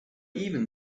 even